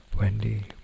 Wendy